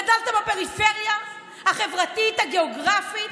גדלת בפריפריה החברתית, הגיאוגרפית?